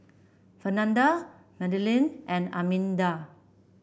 Fernanda Madlyn and Arminda